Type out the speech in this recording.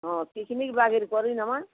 ହଁ ପିକ୍ନିକ୍ ବାଗେରେ କରିନମା